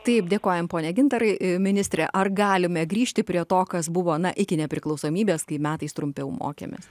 taip dėkojame pone gintarui ministre ar galime grįžti prie to kas buvo ana iki nepriklausomybės kai metais trumpiau mokėmės